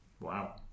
wow